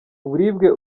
uburibwe